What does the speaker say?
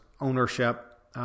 ownership